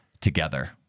together